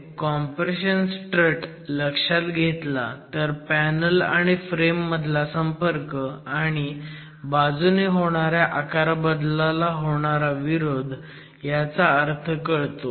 त्यामुळे compression strut लक्षात घेतला तर पॅनल आणि फ्रेम मधला संपर्क आणि बाजूने होणाऱ्या आकारबदलाला होणारा विरोध ह्याचा अर्थ कळतो